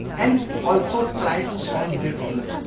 and also try to solve their problem.